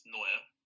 Neuer